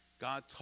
God